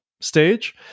stage